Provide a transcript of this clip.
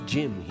Jim